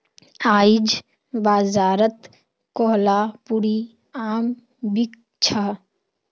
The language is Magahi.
आईज बाजारत कोहलापुरी आम बिक छ